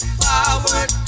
forward